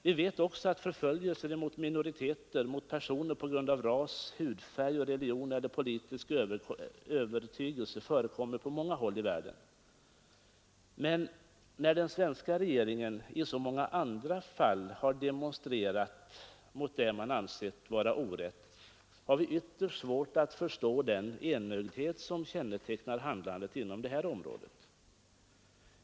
Vi vet också att förföljelser mot minoriteter och mot personer på grund av ras, hudfärg och religion eller politisk övertygelse förekommer på många håll i världen. Men när den svenska regeringen i så många andra fall har demonstrerat mot det man anser vara orätt, har vi ytterst svårt att förstå den enögdhet som kännetecknar handlandet inom detta område.